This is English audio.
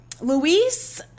Luis